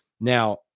Now